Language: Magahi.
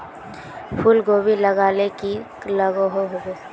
फूलकोबी लगाले की की लागोहो होबे?